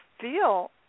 feel